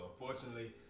unfortunately